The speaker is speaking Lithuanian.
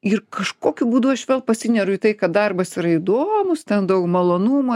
ir kažkokiu būdu aš vėl pasineriu į tai kad darbas yra įdomūs ten daug malonumo